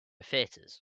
theatres